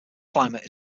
climate